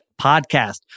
podcast